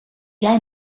jij